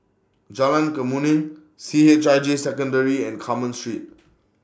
Jalan Kemuning C H I J Secondary and Carmen Street